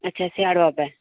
अच्छा स्याड़ बाबै